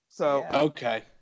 okay